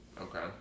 Okay